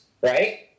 right